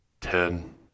Ten